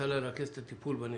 בהצעות לרכז את הטיפול בנכה.